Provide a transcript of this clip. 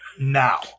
now